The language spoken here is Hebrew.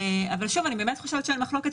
אבל שוב, אני באמת חושבת שאין מחלוקת.